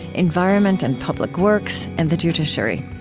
environment and public works, and the judiciary.